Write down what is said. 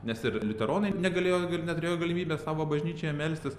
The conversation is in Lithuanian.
nes ir liuteronai negalėjo ir neturėjo galimybės savo bažnyčioje melstis